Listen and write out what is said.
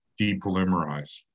depolymerize